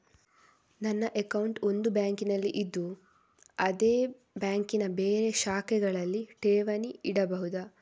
ನನ್ನ ಅಕೌಂಟ್ ಒಂದು ಬ್ಯಾಂಕಿನಲ್ಲಿ ಇದ್ದು ಅದೇ ಬ್ಯಾಂಕಿನ ಬೇರೆ ಶಾಖೆಗಳಲ್ಲಿ ಠೇವಣಿ ಇಡಬಹುದಾ?